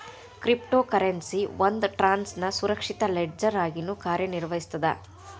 crypto currency ಒಂದ್ ಟ್ರಾನ್ಸ್ನ ಸುರಕ್ಷಿತ ಲೆಡ್ಜರ್ ಆಗಿನೂ ಕಾರ್ಯನಿರ್ವಹಿಸ್ತದ